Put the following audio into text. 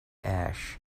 ash